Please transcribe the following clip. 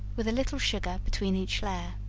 with a little sugar between each layer.